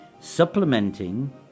supplementing